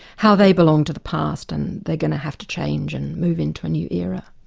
how they belong to the past and they're going to have to change and move into a new era.